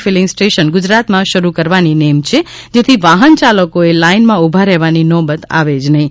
filling station ગુજરાતમાં શરૂ કરવાની નેમ છે જેથી વાહનચાલકોએ લાઇનમાં ઊભા રહેવાની નોબત આવે જ નહીં